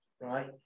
Right